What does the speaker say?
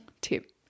tip